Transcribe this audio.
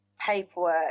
paperwork